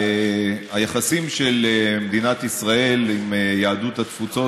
היחסים של מדינת ישראל עם יהדות התפוצות